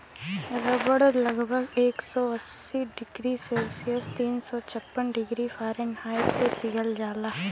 रबड़ लगभग एक सौ अस्सी डिग्री सेल्सियस तीन सौ छप्पन डिग्री फारेनहाइट पे पिघल जाला